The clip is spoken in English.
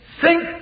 sink